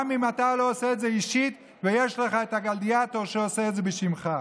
גם אם אתה לא עושה את זה אישית ויש לך את הגלדיאטור שעושה את זה בשמך.